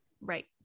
Right